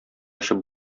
ачып